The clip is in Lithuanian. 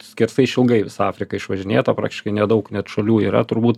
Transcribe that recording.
skersai išilgai visa afrika išvažinėta praktiškai nedaug net šalių yra turbūt